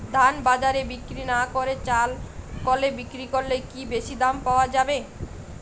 ধান বাজারে বিক্রি না করে চাল কলে বিক্রি করলে কি বেশী দাম পাওয়া যাবে?